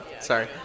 Sorry